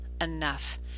enough